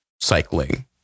cycling